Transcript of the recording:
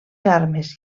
armes